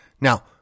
Now